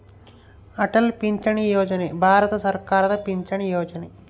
ಅಟಲ್ ಪಿಂಚಣಿ ಯೋಜನೆ ಭಾರತ ಸರ್ಕಾರದ ಪಿಂಚಣಿ ಯೊಜನೆ